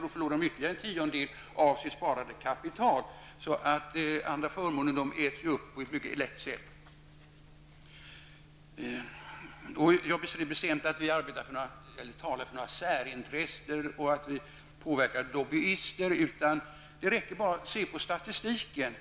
De förlorar då ytterligare en tiondel av sitt sparade kapital. Andra förmåner äts upp på ett lätt sätt. Jag bestrider bestämt att vi talar för några särintressen och att vi är påverkade av lobbyister. Det räcker med att se på statistiken.